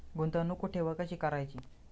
गुंतवणूक कुठे व कशी करायची?